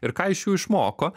ir ką iš jų išmoko